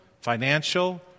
financial